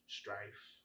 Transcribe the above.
strife